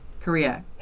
Korea